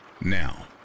Now